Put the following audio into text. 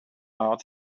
out